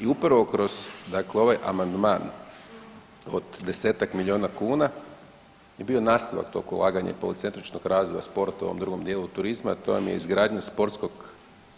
I upravo kroz dakle ovaj amandman od 10-tak milijuna kuna je bio nastavak tog ulaganja policentričnog razvoja sporta u ovom dugom dijelu turizma, a to vam je izgradnja sportskog